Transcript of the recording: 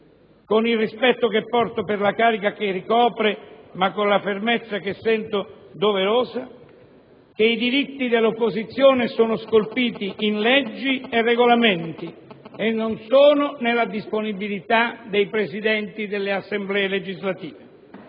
con il rispetto che porto per la carica che ricopre ma con la fermezza che sento doverosa, che i diritti dell'opposizione sono scolpiti in leggi e Regolamenti e non sono nella disponibilità dei Presidenti delle Assemblee legislative.